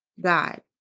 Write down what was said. God